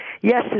Yes